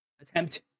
attempt